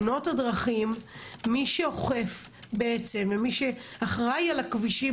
מי שאוכף ואחראי על הכבישים